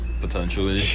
Potentially